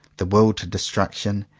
the will to destruction,